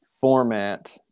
format